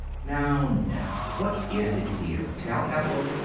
now, now what is it, dear? tell ethel.